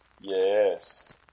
Yes